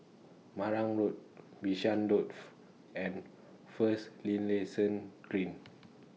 Marang Road Bishan and First Linlayson Green